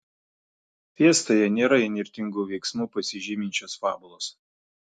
fiestoje nėra įnirtingu veiksmu pasižyminčios fabulos